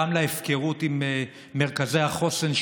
גם להפקרות עם מרכזי החוסן,